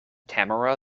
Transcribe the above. tamara